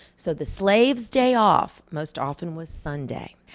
so the slaves' day off most often was sunday.